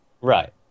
Right